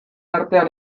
artean